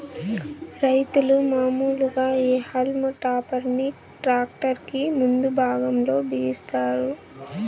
రైతులు మాములుగా ఈ హల్మ్ టాపర్ ని ట్రాక్టర్ కి ముందు భాగం లో బిగిస్తారు